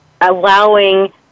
allowing